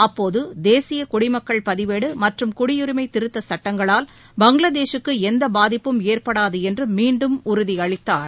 அப்போததேசியகுடிமக்கள் பதிவேடுமற்றும் குடியுரிமைதிருத்தச் சட்டங்களால் பங்களாதேஷுக்குஎந்தபாதிப்பும் ஏற்படாதுஎன்றுமீண்டும் உறுதிஅளித்தார்